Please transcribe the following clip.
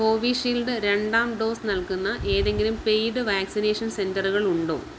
Covishield രണ്ടാം dose നൽകുന്ന ഏതെങ്കിലും പെയ്ഡ് വാക്സിനേഷൻ സെൻറ്ററുകളുണ്ടോ